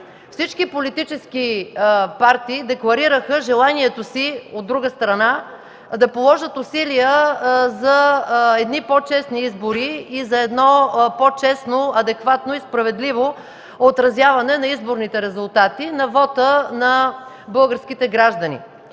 Всички политически партии декларираха желанието си, от друга страна, да положат усилия за едни по-честни избори и за едно по-честно, адекватно и справедливо отразяване на изборните резултати на вота на българските граждани.